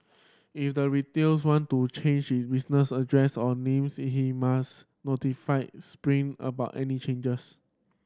if the retails want to change it business address or names he must notify Spring about any changes